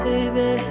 Baby